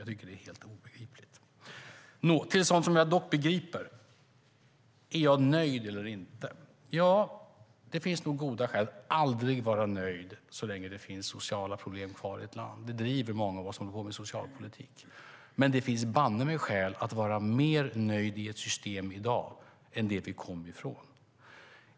Jag tycker att det är helt obegripligt. Och nu till sådant som jag dock begriper: Är jag nöjd eller inte? Det finns nog goda skäl att aldrig vara nöjd så länge det finns sociala problem kvar i ett land. Det driver många av oss som håller på med socialpolitik. Men det finns banne mig skäl att vara mer nöjd i det system som vi har i dag än det vi kom ifrån.